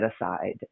aside